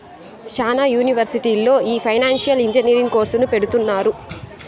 శ్యానా యూనివర్సిటీల్లో ఈ ఫైనాన్సియల్ ఇంజనీరింగ్ కోర్సును పెడుతున్నారు